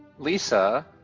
lisa